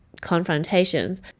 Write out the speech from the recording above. confrontations